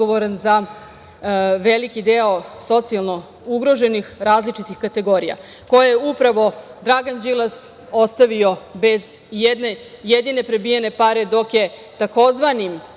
za veliki deo socijalno ugroženih različitih kategorija, koje je upravo Dragan Đilas ostavio bez i jedine prebijene pare dok je tzv.